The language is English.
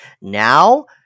Now